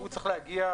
אני מזכיר,